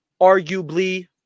arguably